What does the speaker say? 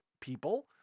people